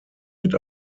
mit